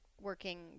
working